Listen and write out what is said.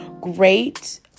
great